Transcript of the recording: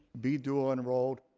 be dual enrolled,